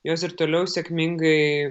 jos ir toliau sėkmingai